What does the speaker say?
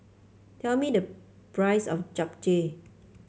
tell me the price of Japchae